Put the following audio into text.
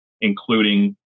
including